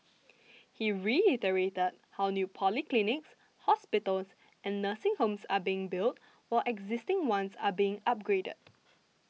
he reiterated how new polyclinics hospitals and nursing homes are being built while existing ones are being upgraded